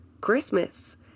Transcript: Christmas